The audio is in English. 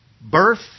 birth